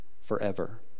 forever